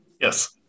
Yes